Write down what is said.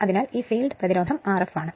അതിനാൽ ഈ ഫീൽഡ് പ്രതിരോധം Rf ആണ്